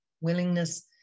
willingness